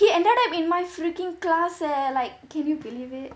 he ended up in my freaking class eh like can you believe it